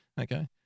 Okay